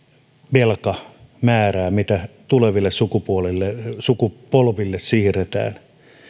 velkamäärää mitä tuleville sukupolville sukupolville siirretään